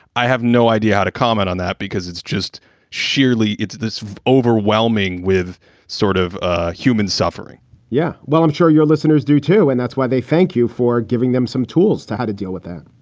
i have no idea how to comment on that, because it's just sheerly it's this overwhelming with sort of human suffering yeah, well, i'm sure your listeners do, too, and that's why they thank you for giving them some tools to how to deal with that.